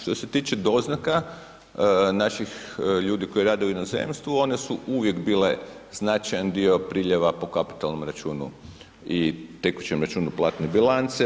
Što se tiče doznaka naših ljudi koji rade u inozemstvu, one su uvijek bile značajan dio priljeva po kapitalnom računu i tekućem računu platne bilance.